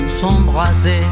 s'embraser